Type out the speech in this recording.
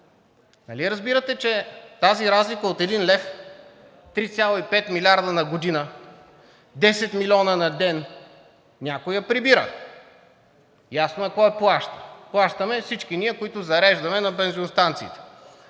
Нали разбирате, че тази разлика от 1 лв., 3,5 милиарда на година, 10 милиона на ден някой я прибира. Ясно е кой я плаща. Плащаме я всички ние, които зареждаме на бензиностанциите.